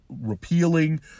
repealing